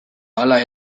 hala